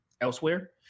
elsewhere